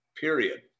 period